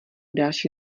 další